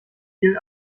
viel